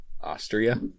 Austria